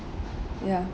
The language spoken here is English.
ya